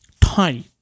tiny